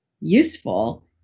useful